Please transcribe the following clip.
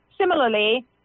Similarly